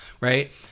Right